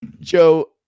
Joe